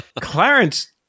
Clarence